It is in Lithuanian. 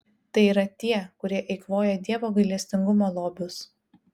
tai yra tie kurie eikvoja dievo gailestingumo lobius